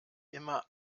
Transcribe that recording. immer